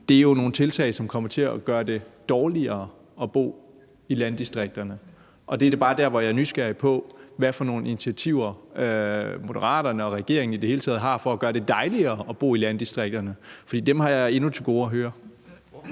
Det er jo nogle tiltag, som kommer til at gøre det dårligere at bo i landdistrikterne. Der er jeg bare nysgerrig på, hvad for nogle initiativer Moderaterne og regeringen i det hele taget vil tage for at gøre det dejligere at bo i landdistrikterne, for det har jeg endnu til gode at høre.